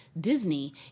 Disney